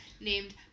Named